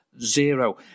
zero